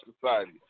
society